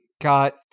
Got